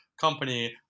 company